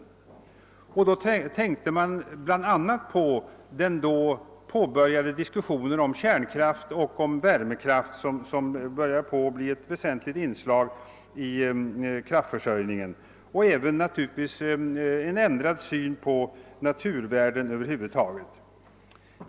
Man tänkte då bl.a. på den påbörjade diskussionen om kärnkraft och värmekraft som började bli ett väsentligt inslag i kraftförsörjningen liksom man naturligtvis även tänkte på den ändrade synen på naturvärden över huvud taget.